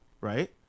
right